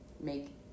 make